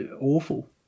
awful